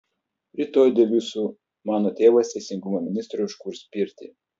rytoj dėl jūsų mano tėvas teisingumo ministrui užkurs pirtį